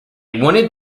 wanted